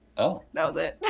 oh. that was it.